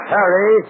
Harry